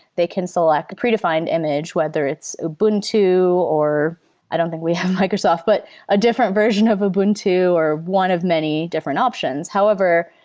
they can select a predefi ned and image, whether it's ubuntu or i don't think we have microsoft, but a different version of ubuntu or one of many different options. however,